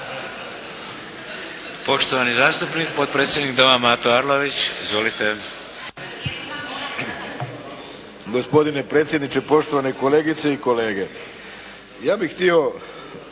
Poštovani zastupnik, potpredsjednik Doma Mato Arlović. Izvolite. **Arlović, Mato (SDP)** Gospodine predsjedniče, poštovane kolegice i kolege. Ja bih htio